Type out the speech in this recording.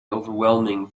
overwhelming